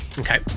Okay